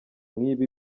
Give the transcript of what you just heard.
nk’ibi